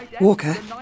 Walker